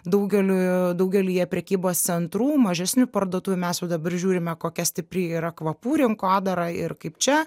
daugeliui daugelyje prekybos centrų mažesnių parduotuvių mes jau dabar žiūrime kokia stipri yra kvapų rinkodara ir kaip čia